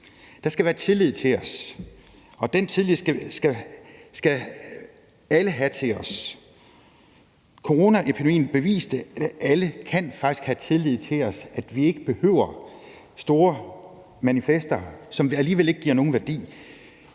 Der skal være tillid til os, og den tillid skal alle have til os. Coronaepidemien beviste, at alle faktisk kan have tillid til os, og at vi ikke behøver store manifester, som alligevel ikke giver nogen værdi,